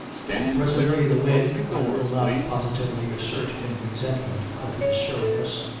for presently the wind, i will not positively assert in resentment of his surliness,